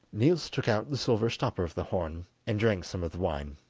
niels took out the silver stopper of the horn, and drank some of the wine,